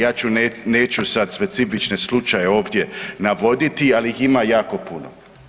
Ja ću neću sad specifične slučajeve ovdje navoditi ali ih ima jako puno.